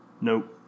Nope